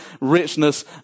richness